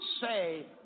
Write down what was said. say